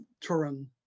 Turin